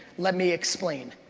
let me explain.